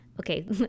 Okay